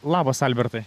labas albertai